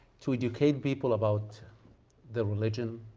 to educate people about the religion,